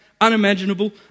unimaginable